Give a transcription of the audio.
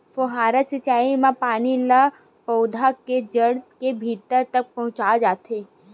फव्हारा सिचई म पानी ल पउधा के जड़ के भीतरी तक पहुचाए जाथे